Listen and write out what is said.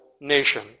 nation